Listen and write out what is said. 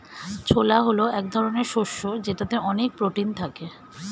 ছোলা হল এক ধরনের শস্য যেটাতে অনেক প্রোটিন থাকে